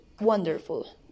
wonderful